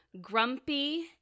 Grumpy